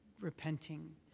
repenting